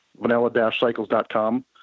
vanilla-cycles.com